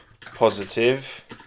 positive